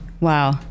Wow